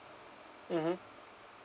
mmhmm